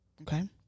Okay